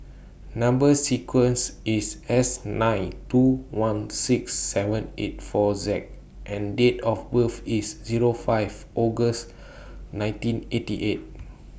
Number sequence IS S nine two one six seven eight four Z and Date of birth IS Zero five August nineteen eighty eight